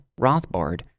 Rothbard